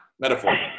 Metaphor